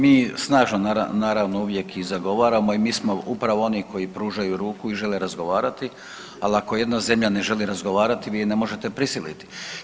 Mi snažno naravno uvijek i zagovaramo i mi smo upravo oni koji pružaju ruku i žele razgovarati, ali ako jedna zemlja ne želi razgovarati vi je ne možete prisiliti.